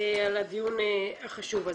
על הדיון החשוב הזה.